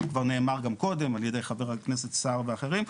כבר נאמר כבר קודם על ידי חבר הכנסת סער ואחרים,